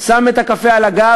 שם את המים לקפה על הגז,